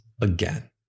again